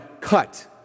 cut